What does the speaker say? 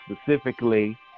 specifically